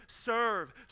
serve